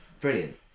brilliant